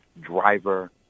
driver